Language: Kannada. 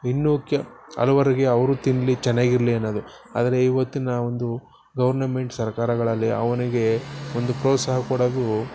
ಇನ್ನು ಕೆ ಹಲವರಿಗೆ ಅವರು ತಿನ್ನಲಿ ಚೆನ್ನಾಗಿರ್ಲಿ ಅನ್ನೋದು ಆದರೆ ಇವತ್ತಿನ ಒಂದು ಗೌರ್ನಮೆಂಟ್ ಸರ್ಕಾರಗಳಲ್ಲಿ ಅವನಿಗೆ ಒಂದು ಪ್ರೋತ್ಸಾಹ ಕೊಡಲು